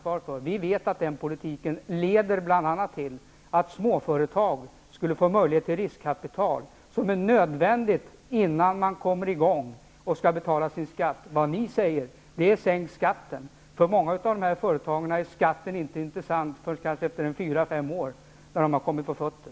Vi vet att den politiken bl.a. leder till att småföretag skulle få möjlighet till riskkapital, vilket är nödvändigt innan man kommer i gång och skall betala sin skatt. Ni säger att man skall sänka skatten. För många av dessa företag är skatten inte intressant förrän kanske efter fyra fem år när de har kommit på fötter.